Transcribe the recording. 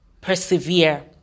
Persevere